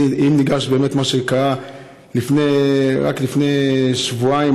אם ניגש באמת למה שקרה רק לפני שבועיים,